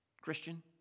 Christian